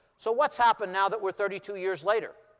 so what's happened now that we're thirty two years later?